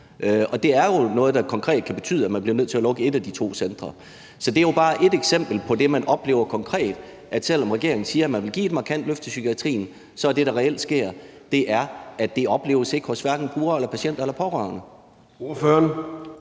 og det er jo noget, der konkret kan betyde, at man bliver nødt til at lukke et af de to centre. Så det er jo bare ét eksempel på det, man konkret oplever, og selv om regeringen siger, at man vil give et markant løft til psykiatrien, så er det, der reelt sker, at det ikke opleves hos hverken brugere, patienter eller pårørende.